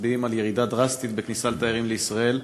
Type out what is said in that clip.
מצביעים על ירידה דרסטית בכניסת תיירים לישראל.